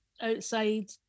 outside